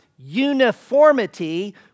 Uniformity